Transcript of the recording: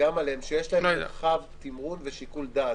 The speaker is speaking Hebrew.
וגם עליהם, שיש להם מרחב תמרון ושיקול דעת.